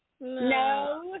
no